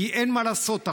כי אין מה לעשות,